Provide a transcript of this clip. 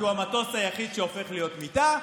כי הוא המטוס היחיד שהופך להיות מיטה.